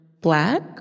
black